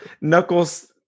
knuckles